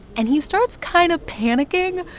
and he starts kind of panicking,